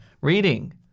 Reading